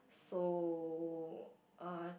so uh